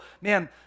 man